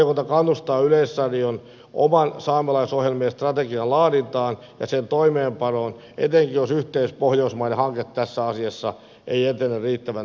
valiokunta kannustaa yleisradion oman saamelaisohjelmien strategian laadintaan ja sen toimeenpanoon etenkin jos yhteispohjoismainen hanke tässä asiassa ei etene riittävän nopeasti